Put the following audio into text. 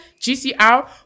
GCR